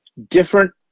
different